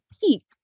peak